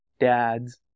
dads